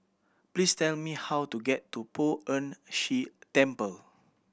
please tell me how to get to Poh Ern Shih Temple